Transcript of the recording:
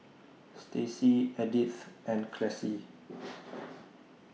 Stacey Edythe and Classie